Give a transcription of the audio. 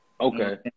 Okay